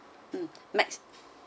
mm max~